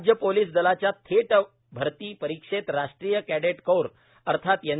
राज्य पोलिसदलांच्या थेट भरती परीक्षेत राष्ट्रीय कैडेटकोर अर्थात एन